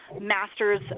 Masters